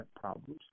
problems